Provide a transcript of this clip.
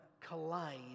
collide